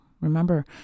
Remember